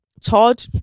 Todd